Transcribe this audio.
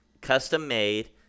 custom-made